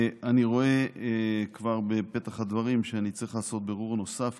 אני רואה כבר בפתח הדברים שאני צריך לעשות בירור נוסף,